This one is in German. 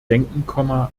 denken